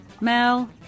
Mel